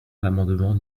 l’amendement